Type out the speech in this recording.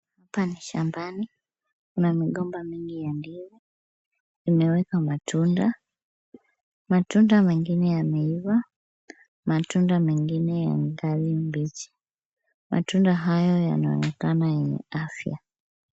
Hapa ni shambani, kuna migomba mingi ya ndizi zimeweka matunda. Matunda mengine yameiva, matunda mengine yangali mbichi, matunda haya yanaonekana yenye afya.